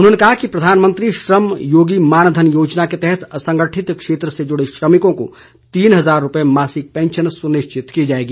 उन्होंने कहा कि प्रधानमंत्री श्रम योगी मानधन योजना के तहत असंगठित क्षेत्र से जुड़े श्रमिकों को तीन हजार रूपए मासिक पैंशन सुनिश्चित की जाएगी